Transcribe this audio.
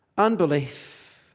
unbelief